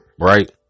right